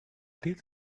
did